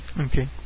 Okay